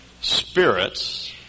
spirits